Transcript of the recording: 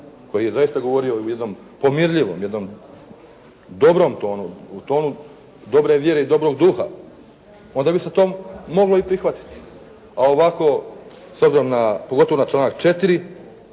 koji je zaista govorio u jednom pomirljivom, u jednom dobrom tonu, u tonu dobre vjere i dobrog duha onda bi se to moglo i prihvatiti, a ovako s obzirom pogotovo na članak 4.